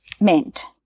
meant